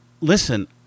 Listen